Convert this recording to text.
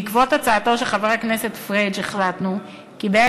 בעקבות הצעתו של חבר הכנסת פריג' החלטנו כי בעת